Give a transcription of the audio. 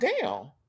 down